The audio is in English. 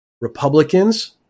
Republicans